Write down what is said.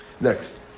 Next